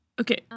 Okay